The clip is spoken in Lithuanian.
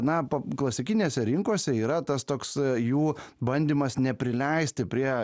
na klasikinėse rinkose yra tas toks jų bandymas neprileisti prie